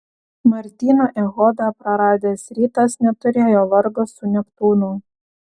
martyną echodą praradęs rytas neturėjo vargo su neptūnu